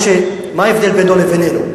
מה ההבדל בינו לבין אלו?